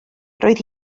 roedd